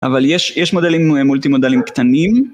אבל יש מודלים מולטי מודלים קטנים